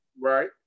Right